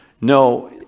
No